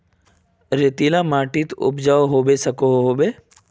रेतीला माटित कोई उपजाऊ होबे सकोहो होबे?